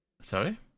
Sorry